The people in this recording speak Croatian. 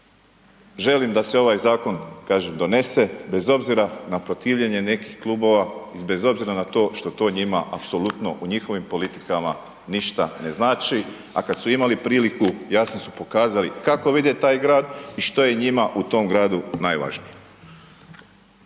želim da se ovaj Zakon, kažem, donese bez obzira na protivljenje nekih Klubova, i bez obzira na to što to njima apsolutno u njihovim politikama ništa ne znači, a kad su imali priliku, jasno su pokazali kako vide taj Grad i što je njima u tom Gradu najvažnije.